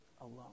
alone